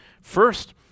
First